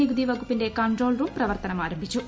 നികുതി വകുപ്പിന്റെ control room പ്രവർത്തനം ആരംഭിച്ചു